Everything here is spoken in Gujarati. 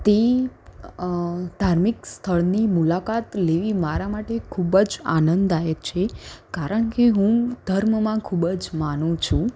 તે ધાર્મિક સ્થળની મુલાકાત લેવી મારા માટે ખૂબ જ આનંદદાયક છે કારણ કે હું ધર્મમાં ખૂબ જ માનું છું